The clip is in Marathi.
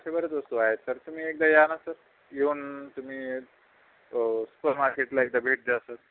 अशा बरेच वस्तू आहे सर तुम्ही एकदा या ना सर येऊन तुम्ही सुपर मार्केटला एकदा भेट द्या सर